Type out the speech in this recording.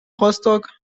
rostock